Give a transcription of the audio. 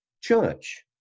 church